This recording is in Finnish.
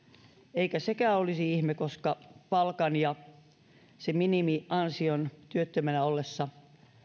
ei sekään olisi ihme koska palkan ja sen minimiansion jonka saa työttömänä ollessa